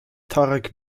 tarek